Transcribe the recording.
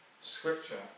Scripture